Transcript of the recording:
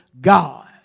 God